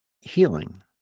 healing